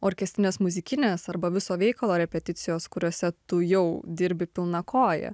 orkestrinės muzikinės arba viso veikalo repeticijos kuriose tu jau dirbi pilna koja